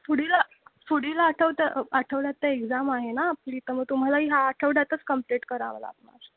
पुढील पुढील आठवतं आठवड्यात तर एक्झाम आहे ना आपली तर मग तुम्हालाही ह्या आठवड्यातच कम्प्लीट करावं लागणार